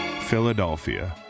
Philadelphia